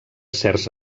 certs